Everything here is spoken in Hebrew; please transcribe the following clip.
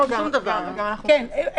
מה זה הגופים?